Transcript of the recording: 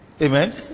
amen